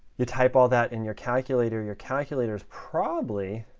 you type all that in your calculator. your calculator is probably